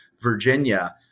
Virginia